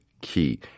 key